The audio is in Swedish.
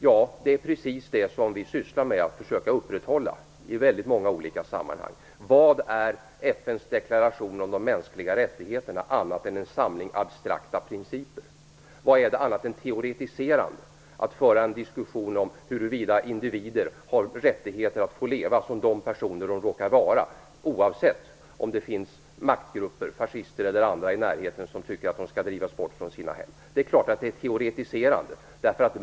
Ja, det är precis det som vi i väldigt många olika sammanhang försöker upprätthålla. Vad är FN:s deklaration om de mänskliga rättigheterna annat än en samling abstrakta principer? Vad är det annat än teoretiserande att föra en diskussion om huruvida individer har rättigheter att få leva som de personer de råkar vara, oavsett om det finns maktgrupper, fascister eller andra, i närheten som tycker att de skall drivas bort från sina hem? Det är klart att det är teoretiserande.